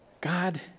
God